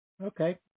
Okay